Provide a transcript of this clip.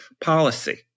policy